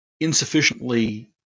insufficiently